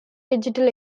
digital